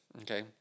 Okay